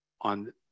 on